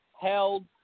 held